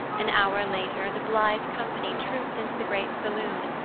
an hour later, the blithe company trooped into the great saloon,